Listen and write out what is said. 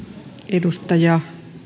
edustaja